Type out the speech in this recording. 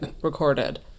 recorded